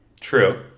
True